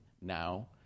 now